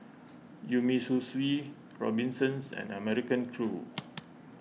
Umisushi Robinsons and American Crew